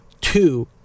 two